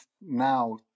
now